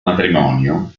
matrimonio